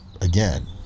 again